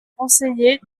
conseiller